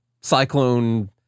cyclone